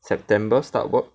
september start work